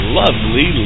lovely